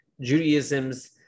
judaism's